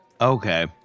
Okay